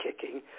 kicking